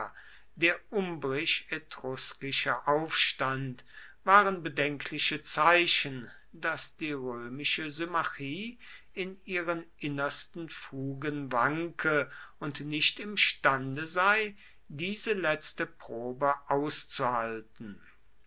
der umbrisch etruskische aufstand waren bedenkliche zeichen daß die römische symmachie in ihren innersten fugen wanke und nicht imstande sei diese letzte probe auszuhalten